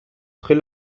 très